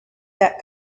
that